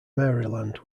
maryland